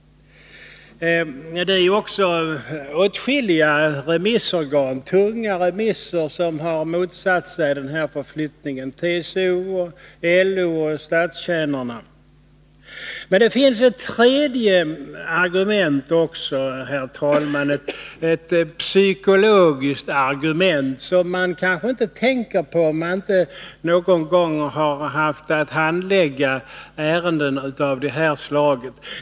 Åtskilliga tunga remissorgan har motsatt sig den här förflyttningen: TCO, LO och Statstjänstemannaförbundet. Men det finns, herr talman, ytterligare ett argument — ett psykologiskt argument som man kanske inte tänker på om man inte någon gång har haft att handlägga ärenden av det här slaget.